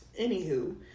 Anywho